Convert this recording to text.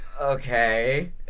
Okay